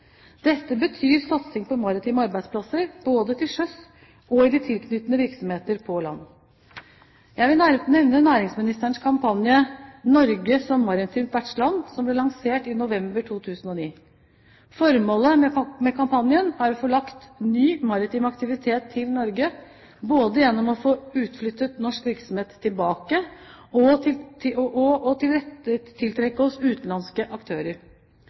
Dette betyr satsing på maritime arbeidsplasser både til sjøs og i de tilknyttede virksomheter på land. Jeg vil nevne næringsministerens kampanje «Norge som maritimt vertsland», som ble lansert i november 2009. Formålet med kampanjen er å få lagt ny maritim aktivitet til Norge, både gjennom å få utflyttet norsk virksomhet tilbake og å tiltrekke oss utenlandske aktører. Nærings- og handelsdepartementet er i gang med å